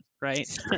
right